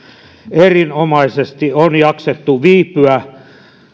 erinomaisesti on jaksettu viipyä